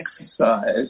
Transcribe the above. exercise